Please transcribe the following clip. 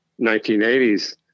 1980s